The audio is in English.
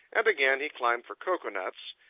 and again he climbed for cocoa-nuts.